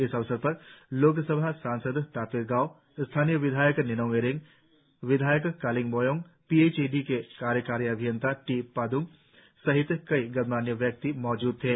इस अवसर पर लोक सभा सांसद तापिर गाव स्थानीय विधायक निनोंग इरिंग विधायक Kaling Moyong P H E D के कार्यकारी अभियंता टी पाद्रंग सहित कई गणमान्य व्यक्ति मौजूद थे